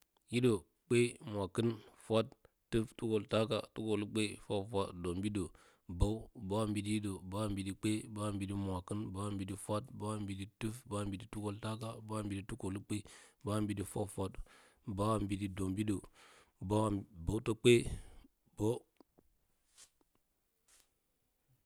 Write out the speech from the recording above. Hiɗə, kpe, mwakɨ, fwat, tuf tukultaka, tukolukpe, fwafwat, dombiɗə, bow, bowa mbiɗi, hiɗə, ambiɗikipe, bow a mbiɗi mwakɨn, bow a mbiɗi fwat, bow a mbiɗi tuf, bow a mbiɗi tukut taka, bow a mbiɗi tukolukpe, bow ambidi fwafwat, bow a mbiɗi dom biɗə, bowa, bowtipuskpe, bow.